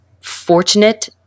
fortunate